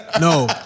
No